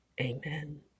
Amen